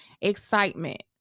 excitement